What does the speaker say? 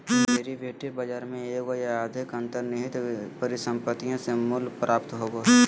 derivative बाजार में एगो या अधिक अंतर्निहित परिसंपत्तियों से मूल्य प्राप्त होबो हइ